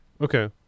Okay